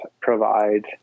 provide